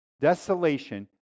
desolation